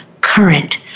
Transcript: current